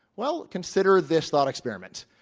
well, consider this thought experiment.